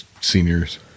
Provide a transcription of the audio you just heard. seniors